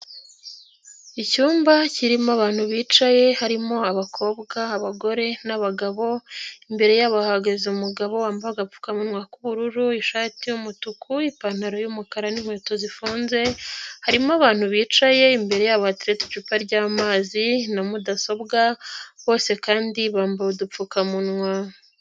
Icyumba kirimo abantu bicaye harimo abakobwa, abagore n'abagabo, imbere yabo hahagaze umugabo wambaye agapfukamunwa k'ubururu, ishati y'umutuku, ipantaro y'umukara n'inkweto zifunze, harimo abantu bicaye imbere yabo hateretse icupa ry'amazi na mudasobwa bose kandi bambuye udupfukamunwa.